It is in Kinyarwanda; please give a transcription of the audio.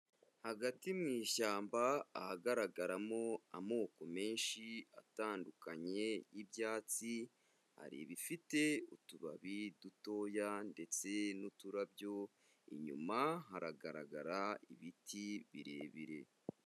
Hagati mu ishyamba ahagaragaramo amoko menshi atandukanye y'ibyatsi, hari ibifite utubabi dutoya ndetse n'uturabyo, inyuma haragaragara ibiti birebire.